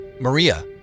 Maria